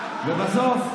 אז תלך,